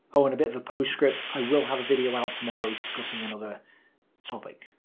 oh and a bit of a postscript. i will have a video out tomorrow discussing another topic.